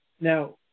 Now